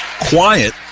quiet